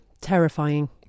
Terrifying